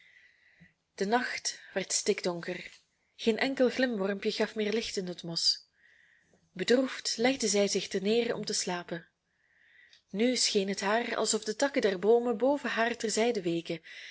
de nacht werd stikdonker geen enkel glimwormpje gaf meer licht in het mos bedroefd legde zij zich ter neer om te slapen nu scheen het haar alsof de takken der boomen boven haar ter zijde weken